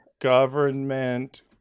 government